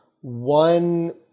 one